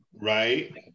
Right